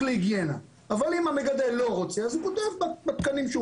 להיגיינה אבל אם המגדל לא רוצה אז הוא כותב בהנחיות.